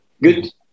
good